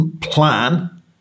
plan